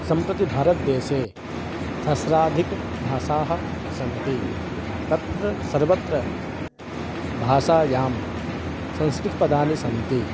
सम्प्रति भारतदेशे सस्राधिकभाषाः सन्ति तत्र सर्वत्र भाषायां संस्कृतपदानि सन्ति